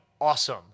awesome